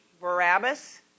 Barabbas